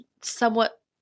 somewhat